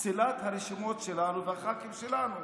פסילת הרשימות שלנו והח"כים שלנו.